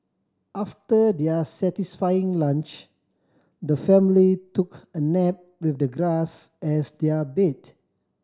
after their satisfying lunch the family took a nap with the grass as their bed